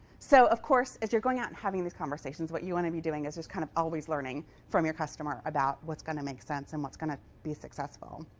so, of course, as you're going out and having these conversations, what you want to be doing is kind of always learning from your customer about what's going to make sense and what's going to be successful.